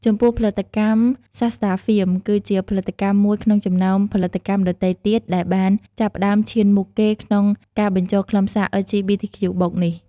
ចំពោះផលិតកម្ម សាស្ត្រាហ្វៀម គឺជាផលិតកម្មមួយក្នុងចំណោមផលិតកម្មដទៃទៀតដែលបានចាប់ផ្តើមឈានមុខគេក្នុងការបញ្ចូលខ្លឹមសារ អិល ជី ប៊ី ធី ខ្ជូ បូក (LGBTQ+) នេះ។